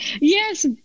Yes